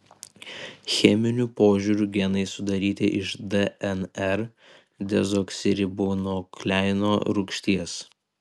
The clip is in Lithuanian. cheminiu požiūriu genai sudaryti iš dnr dezoksiribonukleino rūgšties